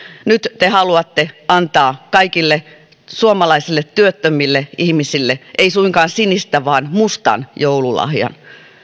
nyt te haluatte antaa kaikille suomalaisille työttömille ihmisille ei suinkaan sinistä vaan mustan joululahjan